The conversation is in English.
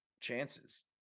chances